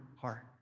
heart